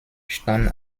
stand